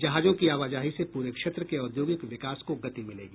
जहाजों की आवाजाही से पूरे क्षेत्र के औद्योगिक विकास को गति मिलेगी